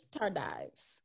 Tardives